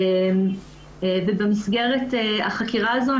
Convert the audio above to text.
ובמסגרת החקירה הזו,